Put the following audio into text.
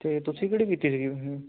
ਅਤੇ ਤੁਸੀਂ ਕਿਹੜੀ ਕੀਤੀ ਸੀਗੀ